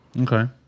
Okay